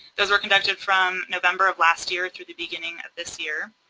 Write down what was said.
those were conducted from november of last year through the beginning of this year.